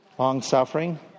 Long-suffering